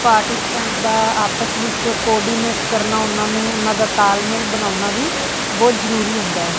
participant ਦਾ ਆਪਸ ਵਿੱਚ ਕੋਰਡੀਨੇਟ ਕਰਨਾ ਉਨ੍ਹਾਂ ਨੂੰ ਉਨ੍ਹਾਂ ਦਾ ਤਾਲਮੇਲ ਬਣਾਉਣਾ ਵੀ ਬਹੁਤ ਜ਼ਰੂਰੀ ਹੁੰਦਾ ਹੈ